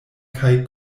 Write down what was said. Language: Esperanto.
kaj